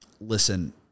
Listen